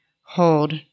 hold